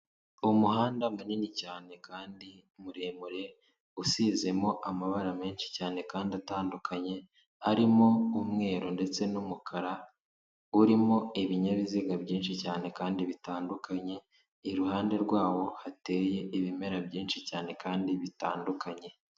Umuhanda munini cyane kandi muremure usizemo amabara menshi cyane kandi atandukanye, arimo umweru ndetse n'umukara, urimo ibinyabiziga byinshi cyane kandi bitandukanye iruhande rwawo hateye ibimera byinshi cyane kandi bitandukanye.